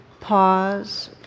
pause